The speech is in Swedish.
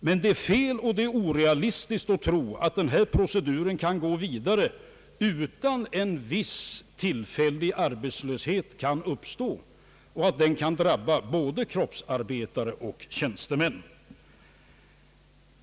Men det är fel och orealistiskt att tro, att denna procedur kan gå vidare utan att en viss tillfällig arbetslöshet kan uppstå som kan drabba både kroppsarbetare och tjänstemän.